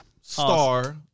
star